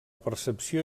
percepció